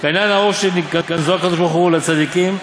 בעניין האור שגנזו הקדוש-ברוך-הוא לצדיקים,